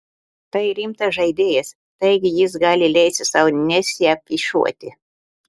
tai rimtas žaidėjas taigi jis gali leisti sau nesiafišuoti